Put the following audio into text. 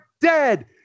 dead